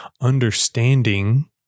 understanding